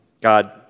God